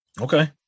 Okay